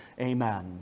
amen